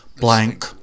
blank